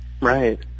Right